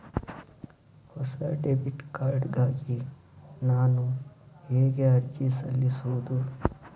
ಹೊಸ debit card ಗಾಗಿ ನಾನು ಹೇಗೆ ಅರ್ಜಿ ಸಲ್ಲಿಸುವುದು?